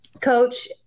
coach